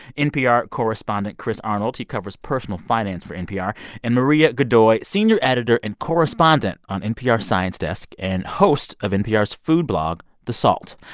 npr correspondent chris arnold he covers personal finance for npr and maria godoy, senior editor and correspondent on npr's science desk and host of npr's food blog, the salt.